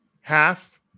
half